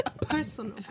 Personal